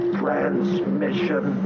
transmission